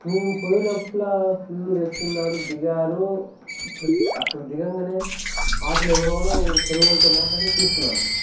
మేము పోయే లోపల ఫుల్ రష్ ఉన్నారు దిగారు ఇప్పుడు అక్కడ దిగంగానే ఆటోలో ఎవరెవరో తెలుగు వాళ్ళతో మాట్లాడి తీసుకున్నారు